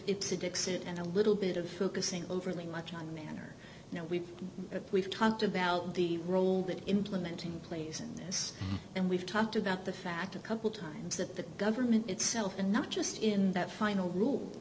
it's a dixit and a little bit of focusing overly much on manner now we've we've talked about the role that implementing plays in this and we've talked about the fact a couple times that the government itself and not just in that final rule